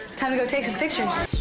time to go take some pictures.